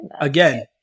Again